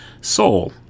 Soul